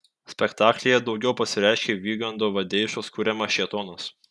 spektaklyje daugiau pasireiškia vygando vadeišos kuriamas šėtonas